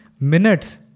minutes